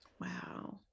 Wow